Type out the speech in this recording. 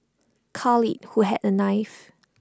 Khalid who had A knife